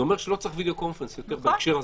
זה אומר שלא צריך video conference יותר בהקשר הזה.